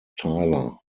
tyler